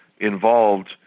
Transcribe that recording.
involved